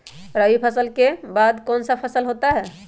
रवि फसल के बाद कौन सा फसल होता है?